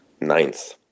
ninth